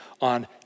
on